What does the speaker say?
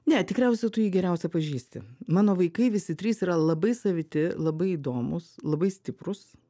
ne tikriausia tu jį geriausia pažįsti mano vaikai visi trys yra labai saviti labai įdomūs labai stiprūs